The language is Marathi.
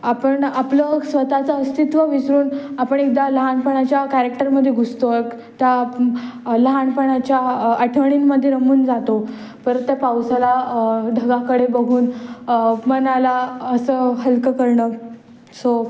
आपण आपलं स्वतःचं अस्तित्व विसरून आपण एकदा लहानपणाच्या कॅरेक्टरमध्ये घुसतो क त्या लहानपणाच्या आठवणींमध्ये रमून जातो परत त्या पावसाला ढगाकडे बघून मनाला असं हलकं करणं सो